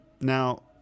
now